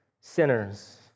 sinners